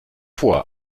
vor